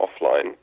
offline